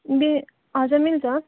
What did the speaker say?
बे हजुर मिल्छ